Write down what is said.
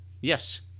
yes